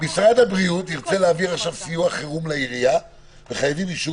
משרד הבריאות ירצה להעביר סיוע חירום לעירייה וחייבים אישור